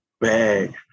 bag